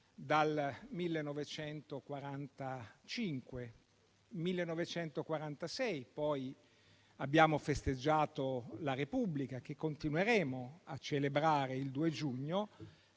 dal 1945, nel 1946 abbiamo festeggiato la Repubblica, che continueremo a celebrare il 2 giugno,